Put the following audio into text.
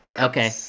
Okay